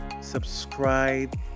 subscribe